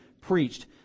preached